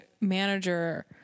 manager